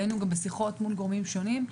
היינו גם בשיחות מול גורמים שונים.